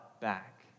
back